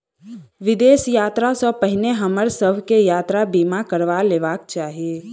विदेश यात्रा सॅ पहिने हमरा सभ के यात्रा बीमा करबा लेबाक चाही